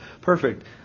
Perfect